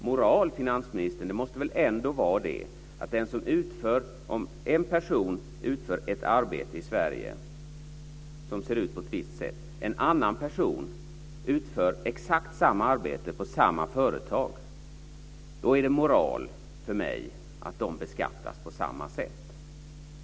Moral, finansministern, kan t.ex. handla om att en person utför ett arbete på ett visst sätt i Sverige och en annan person utför exakt samma arbete på samma företag. Då är det moral för mig att de beskattas på samma sätt.